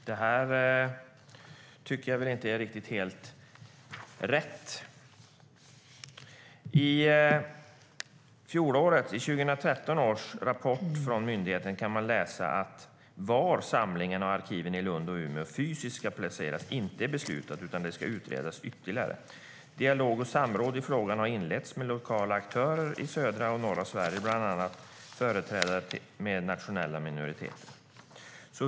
Det tycker jag inte är helt rätt. I 2013 års rapport från myndigheten kan man läsa att var samlingarna i arkiven i Lund och Umeå fysiskt ska placeras inte är beslutat, utan det ska utredas ytterligare. Dialog och samråd i frågan har inletts med lokala aktörer i södra och norra Sverige, bland annat med företrädare för nationella minoriteter.